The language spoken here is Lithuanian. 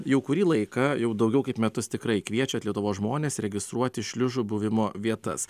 jau kurį laiką jau daugiau kaip metus tikrai kviečiat lietuvos žmones registruoti šliužų buvimo vietas